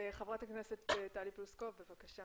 ח"כ טלי פלוסקוב בבקשה